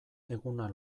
eguna